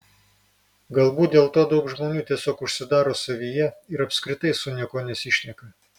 galbūt dėl to daug žmonių tiesiog užsidaro savyje ir apskritai su niekuo nesišneka